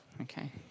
okay